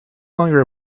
longer